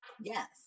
Yes